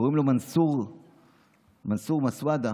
קוראים לו סולימאן מסוודה,